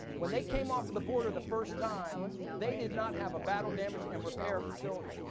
when they came off of the border the first time, they did not have a battle damage and repair facility.